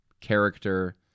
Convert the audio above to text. character